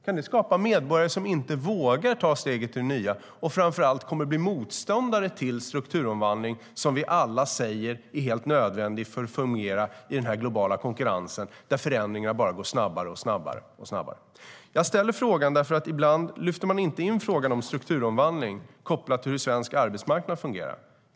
Kan det skapa medborgare som inte vågar ta steget till det nya och som framför allt kommer att bli motståndare till strukturomvandling, som vi alla säger är helt nödvändig för att det ska fungera i den globala konkurrensen där förändringarna bara går snabbare och snabbare? Jag ställer frågan därför att man ibland inte lyfter fram frågan om strukturomvandling kopplat till hur svensk arbetsmarknad fungerar.